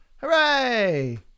hooray